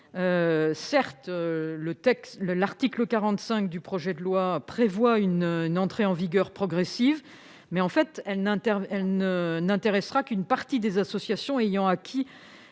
Certes, l'article 45 du projet de loi prévoit une entrée en vigueur progressive, mais cela ne concernera en réalité qu'une partie des associations ayant acquis